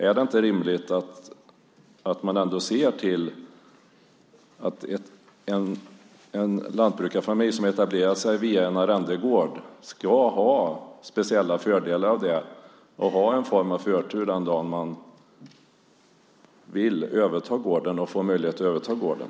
Är det inte rimligt att en lantbrukarfamilj som har etablerat sig via en arrendegård ska ha speciella fördelar och ha en form av förtur den dagen man vill och får möjlighet att överta gården?